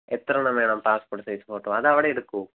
എത്രെണ്ണം വേണം passport size photo അതവിടെടുക്കുമോ